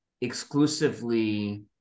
exclusively